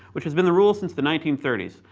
which has been the rule since the nineteen thirty s.